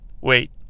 Wait